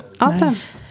Awesome